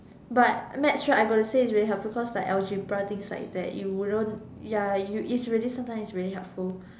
but maths right I got to say it's very helpful cause like algebra things like that you wouldn't ya you it's really sometimes it's really helpful